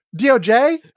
DOJ